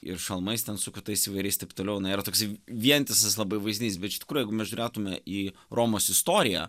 ir šalmais ten su kitais įvairiais taip toliau na yra toksai vientisas labai vaizdinys bet iš tikrųjų jeigu mes žiūrėtume į romos istoriją